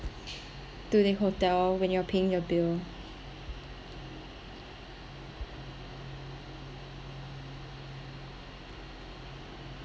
to the hotel when you're paying your bill